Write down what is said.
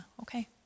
Okay